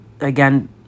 again